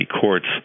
courts